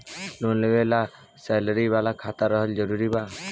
Loan लेवे ला salary वाला खाता रहल जरूरी बा?